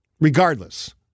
Regardless